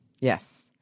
Yes